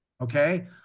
okay